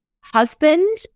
husband